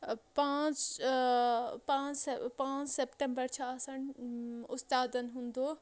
پانٛژھ پانٛژھ سیٚہ پانٛژھ سٮ۪پٹَمبر چھِ آسان اُستادَن ہُنٛد دۄہ